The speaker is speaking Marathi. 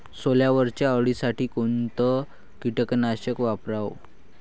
सोल्यावरच्या अळीसाठी कोनतं कीटकनाशक वापराव?